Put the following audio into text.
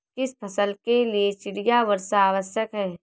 किस फसल के लिए चिड़िया वर्षा आवश्यक है?